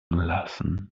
lassen